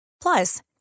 Plus